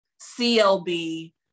Clb